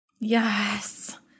Yes